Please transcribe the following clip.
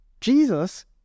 Jesus